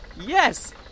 Yes